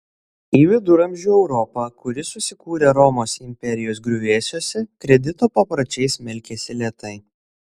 į viduramžių europą kuri susikūrė romos imperijos griuvėsiuose kredito papročiai smelkėsi lėtai